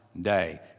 day